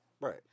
Right